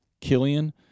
Killian